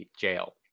jail